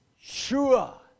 sure